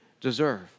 deserve